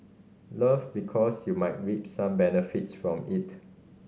love because you might reap some benefits from it